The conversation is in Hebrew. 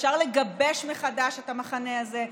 אפשר לגבש מחדש את המחנה הזה,